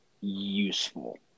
useful